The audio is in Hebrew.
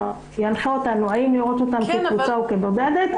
ינחה אותנו האם לראות אותם כקבוצה או כבודדים,